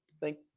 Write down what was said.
Thank